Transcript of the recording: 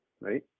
Right